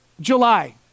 July